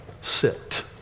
sit